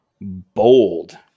bold